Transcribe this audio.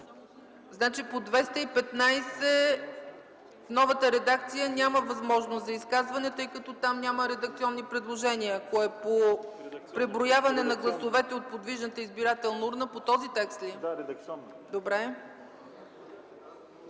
Значи, по 215 – новата редакция няма възможност за изказване, тъй като там няма редакционни предложения, ако е по преброяване на гласовете от подвижната избирателна урна – добре.